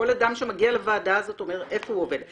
כל אדם שמגיע לוועדה הזאת אומר איפה הוא עובד.